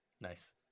Nice